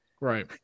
Right